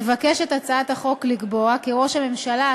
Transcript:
מבקשת הצעת החוק לקבוע כי ראש הממשלה,